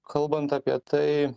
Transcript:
kalbant apie tai